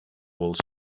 walls